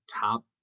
top